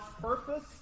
purpose